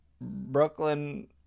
Brooklyn